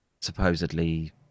supposedly